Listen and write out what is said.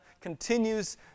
continues